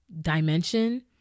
dimension